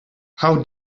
how